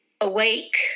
awake